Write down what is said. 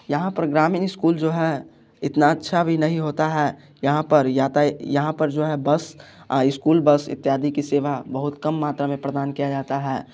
यहाँ पर ग्रामीण स्कूल जो है इतना अच्छा भी नहीं होता है यहाँ पर यहाँ पर जो है बस स्कूल बस इत्यादि की सेवा बहुत कम मात्रा में प्रदान किया जाता है